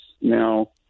now